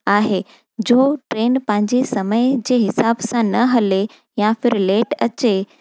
आहे जो ट्रेन पंहिंजे समय जे हिसाबु सां न हले या फिर लेट अचे